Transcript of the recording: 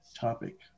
topic